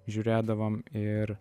žiūrėdavom ir